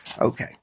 Okay